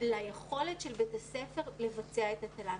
ליכולת של בית הספר לבצע את התל"ן.